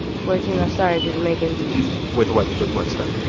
fourteen, i started just making beats with what with what stuff?